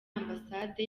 ambasade